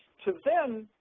to then,